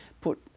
put